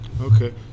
Okay